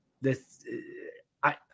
this—I